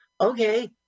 Okay